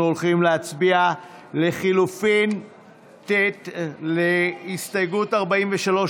אנחנו הולכים להצביע על לחלופין ט' להסתייגות 43,